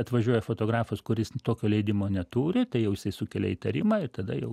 atvažiuoja fotografas kuris tokio leidimo neturi tai sukelia įtarimą ir tada jau